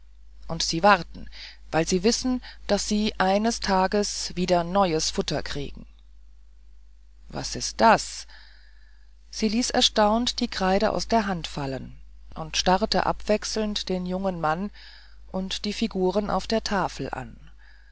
und sie warten weil sie wissen daß sie eines tags wieder neues futter kriegen was ist das sie ließ erstaunt die kreide aus der hand fallen und starrte abwechselnd den jungen mann und die figuren auf der tafel an